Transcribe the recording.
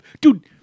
dude